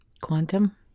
quantum